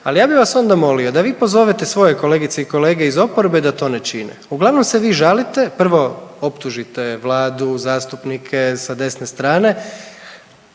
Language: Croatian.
ali ja bih vas onda molio da vi pozovete svoje kolegice i kolege iz oporbe da to ne čine. Uglavnom se vi žalite, prvo optužite vladu, zastupnike sa desne strane